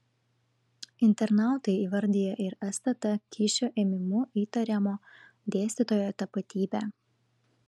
internautai įvardija ir stt kyšio ėmimu įtariamo dėstytojo tapatybę